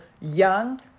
young